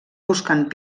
buscant